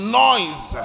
noise